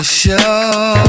show